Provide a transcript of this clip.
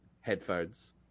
headphones